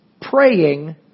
praying